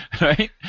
Right